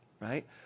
right